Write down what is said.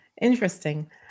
Interesting